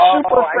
Super